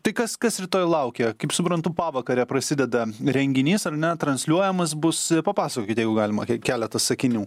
tai kas kas rytoj laukia kaip suprantu pavakarę prasideda renginys ar ne transliuojamas bus papasakokit jeigu galima keletą sakinių